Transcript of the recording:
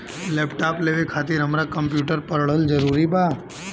Laptop लेवे खातिर हमरा कम्प्युटर पढ़ल जरूरी बा?